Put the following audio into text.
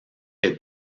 est